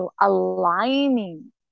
aligning